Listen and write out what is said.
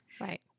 Right